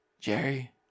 Jerry